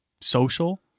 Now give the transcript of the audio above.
Social